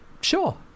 sure